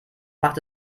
macht